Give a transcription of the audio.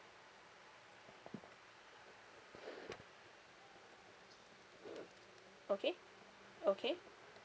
okay okay